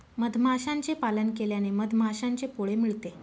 मधमाशांचे पालन केल्याने मधमाशांचे पोळे मिळते